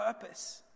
purpose